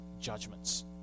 judgments